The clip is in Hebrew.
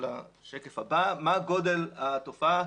מה גודל התופעה.